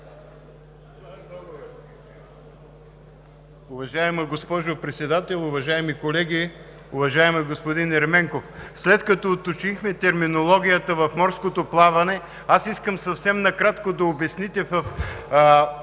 Уважаема госпожо Председател, уважаеми колеги! Уважаеми господин Ерменков, след като уточнихме терминологията в морското плаване, искам съвсем накратко да обясните в